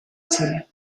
chile